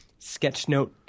sketchnote